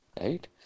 right